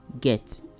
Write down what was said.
get